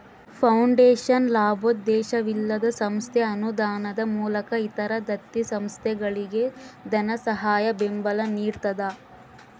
foundation ಲಾಭೋದ್ದೇಶವಿಲ್ಲದ ಸಂಸ್ಥೆ ಅನುದಾನದ ಮೂಲಕ ಇತರ ದತ್ತಿ ಸಂಸ್ಥೆಗಳಿಗೆ ಧನಸಹಾಯ ಬೆಂಬಲ ನಿಡ್ತದ